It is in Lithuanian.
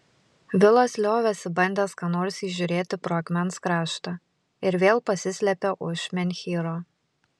vilas liovėsi bandęs ką nors įžiūrėti pro akmens kraštą ir vėl pasislėpė už menhyro